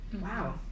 wow